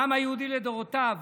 העם היהודי לדורותיו